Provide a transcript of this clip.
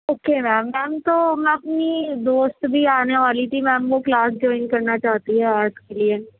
okay ma'am ma'am تو میں اپنی دوست بھی آنے والی تھی میم وہ کلاس جوائن کرنا چاہتی ہے آرٹ کے لیے